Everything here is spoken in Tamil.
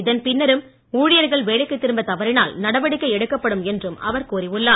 இதன்பின்னரும் ஊழியர்கள் வேலைக்கு திரும்ப தவறினால் நடவடிக்கை எடுக்கப்படும் என்றும் அவர் கூறி உள்ளார்